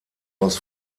aus